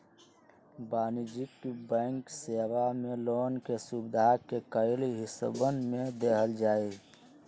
वाणिज्यिक बैंक सेवा मे लोन के सुविधा के कई हिस्सवन में देवल जाहई